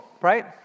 right